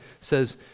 says